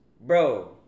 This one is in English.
Bro